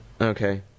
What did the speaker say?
Okay